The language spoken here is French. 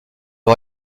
aux